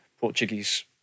Portuguese